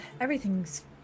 Everything's